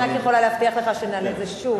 אני רק יכולה להבטיח לך שנעלה את זה שוב